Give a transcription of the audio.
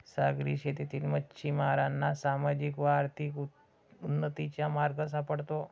सागरी शेतीतील मच्छिमारांना सामाजिक व आर्थिक उन्नतीचा मार्ग सापडतो